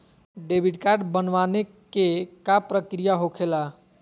Debit card बनवाने के का प्रक्रिया होखेला?